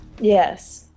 Yes